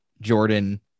Jordan